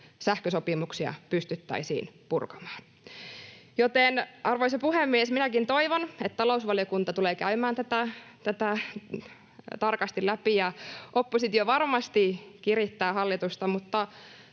sähkösopimuksia pystyttäisiin purkamaan. Arvoisa puhemies! Minäkin toivon, että talousvaliokunta tulee käymään tätä tarkasti läpi. Oppositio varmasti kirittää hallitusta,